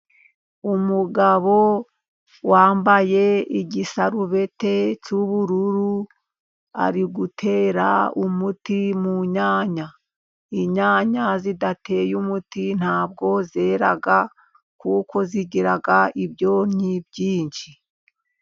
Umugabo wambaye igisarubete cy'ubururu ari gutera umuti mu nyanya , inyanya zidateye umuti ntabwo zera kuko zigira ibyonnyi byinshi.